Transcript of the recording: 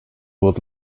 would